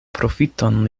profiton